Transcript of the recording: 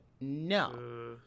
no